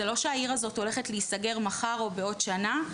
זה לא שהעיר הזאת הולכת להיסגר מחר או בעוד שנה.